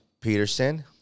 Peterson